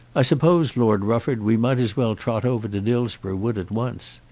i suppose, lord rufford, we might as well trot over to dillsborough wood at once.